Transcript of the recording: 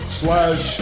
slash